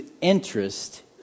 interest